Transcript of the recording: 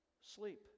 Sleep